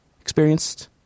experienced